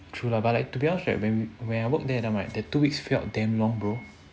true lah but like to be honest right when when I work there that time right the two weeks felt damn long bro